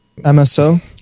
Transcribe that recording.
mso